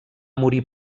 morir